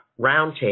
roundtable